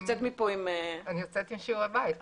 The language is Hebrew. אני יוצאת עם שיעורי בית.